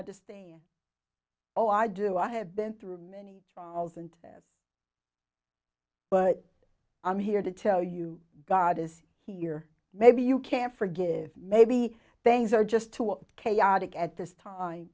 understand oh i do i have been through many and yes but i'm here to tell you god is here maybe you can forgive maybe things are just too chaotic at this time